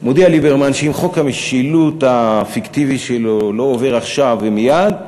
מודיע ליברמן שאם חוק המשילות הפיקטיבי שלו לא עובר עכשיו ומייד,